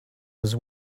was